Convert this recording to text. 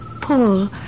Paul